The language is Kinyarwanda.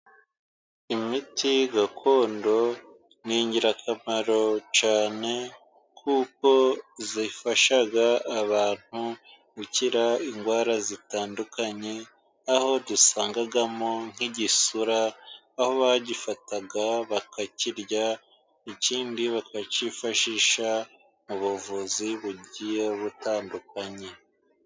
Imiti gakondo ni ingirakamaro cyane kuko zafashaga abantu gukira indwara zitandukanye, aho dusangamo nk'igisura ,aho bagifata bakakirya ikindi bakacyifashisha mu buvuzi bugiye butandukanye.